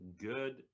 good